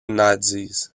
nazis